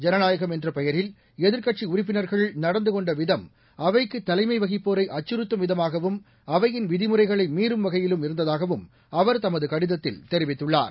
ஜனநாயகம் என்ற பெயரில் எதிர்க்கட்சி உறுப்பினர்கள் நடந்துகொண்டவிதம் அவைக்குத் தலைமை வகிப்போரை அச்சறுத்தும் விதமாகவும் அவையின் விதிமுறைகளை மீறும் வகையிலும் இருந்ததாகவும் அவர் தமது கடிதத்தில் தெரிவித்துள்ளார்